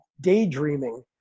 daydreaming